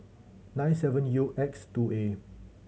nine seven U X two A